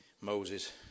Moses